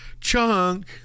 Chunk